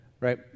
right